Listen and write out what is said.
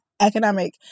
economic